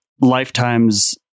lifetimes